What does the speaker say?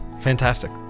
Fantastic